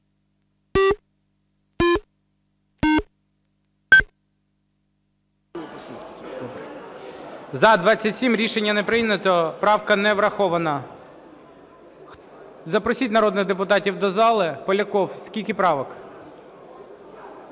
За-27 Рішення не прийнято. Правка не врахована. Запросіть народних депутатів до зали. Поляков, скільки правок?